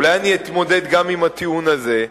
אולי אני אתמודד גם עם הטיעון הזה.